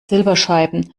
silberscheiben